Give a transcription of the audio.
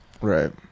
Right